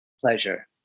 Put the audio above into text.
pleasure